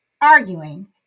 arguing